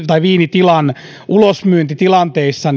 tai viinitilan ulosmyyntitilanteissa